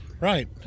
Right